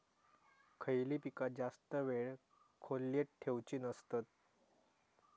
खयली पीका जास्त वेळ खोल्येत ठेवूचे नसतत?